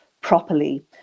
properly